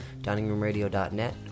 diningroomradio.net